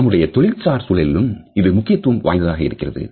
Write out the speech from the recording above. நம்முடைய தொழில் சார் சூழலிலும் இது முக்கியத்துவம் வாய்ந்ததாக இருக்கிறது